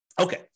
Okay